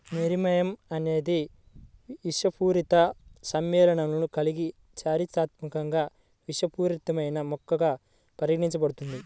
nerium అనేక విషపూరిత సమ్మేళనాలను కలిగి చారిత్రాత్మకంగా విషపూరితమైన మొక్కగా పరిగణించబడుతుంది